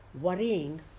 worrying